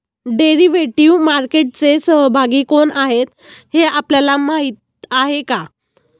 Derivative मार्केटचे सहभागी कोण आहेत हे आपल्याला माहित आहे का?